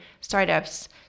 startups